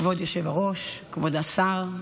כבוד היושב-ראש, כבוד השר,